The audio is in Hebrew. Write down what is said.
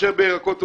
מאשר בירקות ופירות.